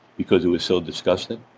because it was so disgusting.